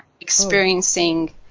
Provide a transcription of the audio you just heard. experiencing